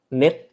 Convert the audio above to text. net